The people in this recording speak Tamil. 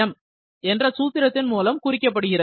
என்ற சூத்திரத்தின் மூலம் குறிக்கப்படுகிறது